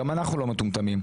גם אנחנו לא מטומטמים,